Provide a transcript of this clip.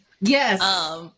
Yes